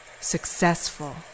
successful